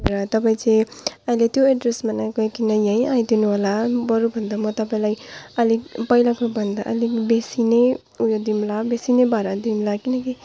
र तपाईँ चाहिँ अहिले त्यो एड्रेसमा नगइकन यहीँ आइदिनुहोला बरु भन्दा म तपाईँलाई अलिक पहिलाको भन्दा अलिक बेसी नै ऊ यो दिउँला बेसी नै भारा दिउँला किनकि